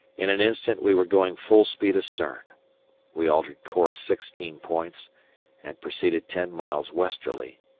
in an instant we were going full-speed astern. we altered course sixteen points and proceeded ten miles westerly,